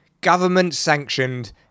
Government-sanctioned